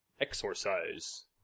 Exorcise